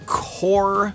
core